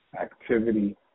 activity